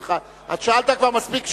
שאלת כבר מספיק שאלות.